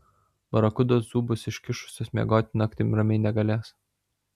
barakudos zūbus iškišusios miegoti naktim ramiai negalės